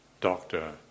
doctor